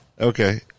Okay